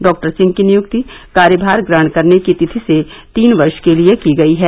doctor Singh की नियुक्ति कार्यभार ग्रहण करने की तिथि से तीन वर्ष के लिए की गयी है